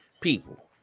people